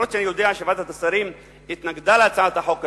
אף-על-פי שאני יודע שוועדת השרים התנגדה להצעת החוק הזאת,